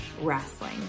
wrestling